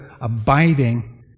abiding